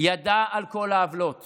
ידעה על כל העוולות